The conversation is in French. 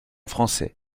français